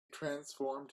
transformed